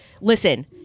Listen